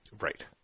right